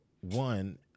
One